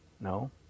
No